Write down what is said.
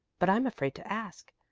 but i'm afraid to ask.